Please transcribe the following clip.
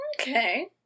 Okay